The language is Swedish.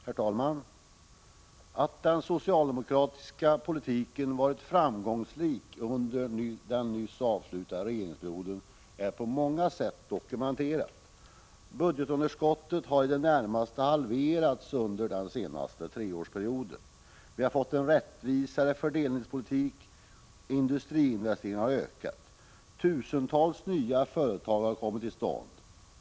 Herr talman! Att den socialdemokratiska politiken varit framgångsrik under den nyss avslutade regeringsperioden är på många sätt dokumenterat. Budgetunderskottet har i det närmaste halverats under den senaste treårsperioden. Vi har fått en rättvisare fördelningspolitik. Industriinvesteringarna har ökat. Tusentals nya företag har kommit till stånd.